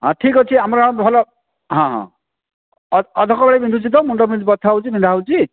ହଁ ଠିକ୍ ଅଛି ଆମର ଭଲ ହଁ ହଁ ଅର୍ଦ୍ଧ କପାଳି ବିନ୍ଧୁଛି ତ ମୁଣ୍ଡ ବଥା ହେଉଛି ବିନ୍ଧା ହେଉଛି